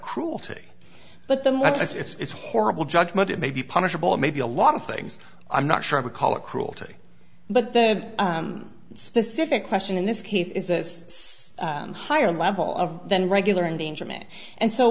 cruelty but the left it's horrible judgment it may be punishable it may be a lot of things i'm not sure i would call it cruelty but the specific question in this case is this a higher level of than regular endangerment and so